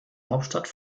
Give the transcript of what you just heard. hauptstadt